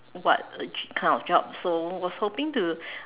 what a kind of job so was hoping to